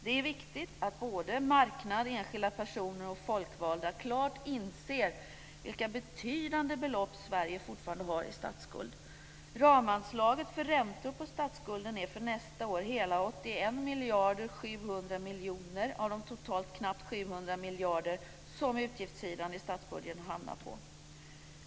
Det är viktigt att marknad, enskilda personer och folkvalda klart inser vilka betydande belopp Sverige fortfarande har i statsskuld. Ramanslaget för räntor på statsskulden är för nästa år hela 81 700 miljoner av de totalt knappt 700 miljarder som utgiftssidan i statsbudgeten hamnar på.